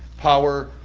power,